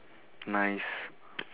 nice